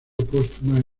póstuma